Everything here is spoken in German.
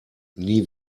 nie